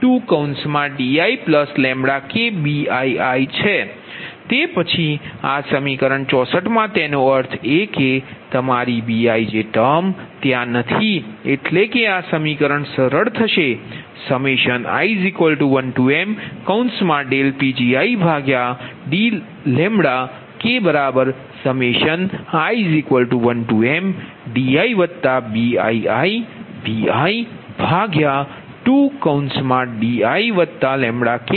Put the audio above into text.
તે પછી આ સમીકરણ 64 માં તેનો અર્થ એ કે તમારી Bij ટર્મ ત્યાં નથી એટલે કે આ સમીકરણ સરળ થશે i1mPgi∂λi1mdiBiibi2diBii2 આ સમીકરણ 69 છે